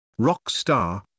rockstar